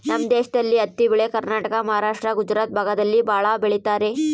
ನಮ್ ದೇಶದಲ್ಲಿ ಹತ್ತಿ ಬೆಳೆ ಕರ್ನಾಟಕ ಮಹಾರಾಷ್ಟ್ರ ಗುಜರಾತ್ ಭಾಗದಲ್ಲಿ ಭಾಳ ಬೆಳಿತರೆ